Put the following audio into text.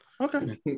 Okay